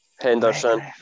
Henderson